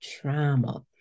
trauma